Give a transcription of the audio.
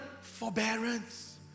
Forbearance